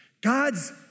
God's